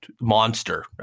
monster